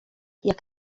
jak